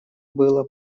было